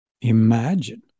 imagine